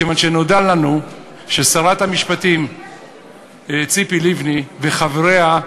כיוון שנודע לנו ששרת המשפטים ציפי לבני וחבריה,